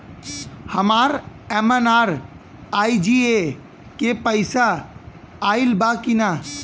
हमार एम.एन.आर.ई.जी.ए के पैसा आइल बा कि ना?